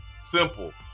simple